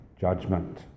judgment